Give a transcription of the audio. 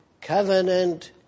covenant